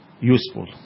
useful